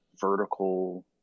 vertical